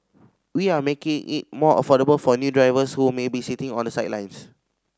we are making it more affordable for new drivers who may be sitting on the sidelines